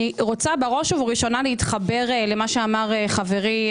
אני רוצה בראש ובראשונה להתחבר למה שאמר חברי,